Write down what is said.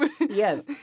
Yes